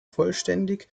vollständig